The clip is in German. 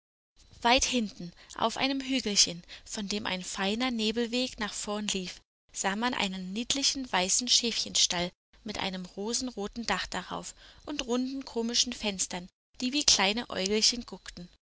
weit hinten auf einem hügelchen von dem ein feiner nebelweg nach vorn lief sah man einen niedlichen weißen schäfchenstall mit einem rosenroten dach darauf und runden komischen fenstern die wie kleine äugelchen guckten